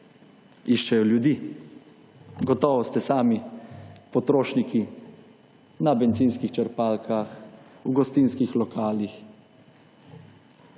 iščejo ljudi. Gotovo ste sami potrošniki na bencinskih črpalkah, v gostinskih lokalih.